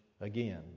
again